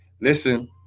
listen